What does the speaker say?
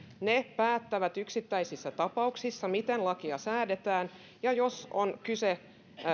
päättävät yksittäisissä tapauksissa miten lakia sovelletaan ja jos on kyse